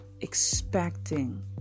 expecting